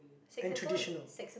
and traditional